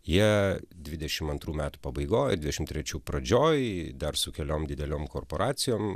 jie dvidešim antrų metų pabaigoj dvidešim trečių pradžioj dar su keliom dideliom korporacijom